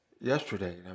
yesterday